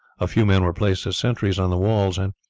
a few men were placed as sentries on the walls, and,